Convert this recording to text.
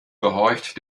gehorcht